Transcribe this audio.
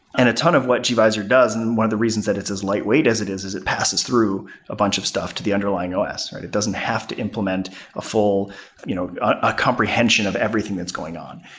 and a ton of what gvisor does and one of the reasons that it's as lightweight as it is is it passes through a bunch of stuff to the underlying os. it doesn't have to implement you know a comprehension of everything that's going on.